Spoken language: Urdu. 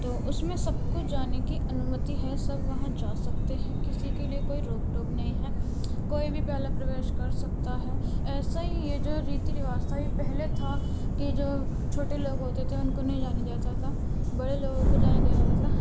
تو اس میں سب کو جانے کی انومتی ہے سب وہاں جا سکتے ہیں کسی کے لیے کوئی روک ٹوک نہیں ہے کوئی بھی پہلا پرویش کر سکتا ہے ایسا ہی ہے جو ریتی رواج تھا یہ پہلے تھا کہ جو چھوٹے لوگ ہوتے تھے ان کو نہیں جانے دیا جاتا تھا بڑے لوگوں کو جانے دیا جاتا تھا